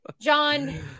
John